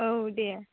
औ दे